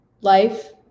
life